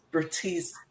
expertise